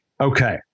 Okay